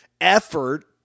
effort